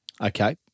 Okay